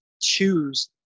choose